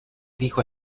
dijo